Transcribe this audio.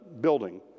building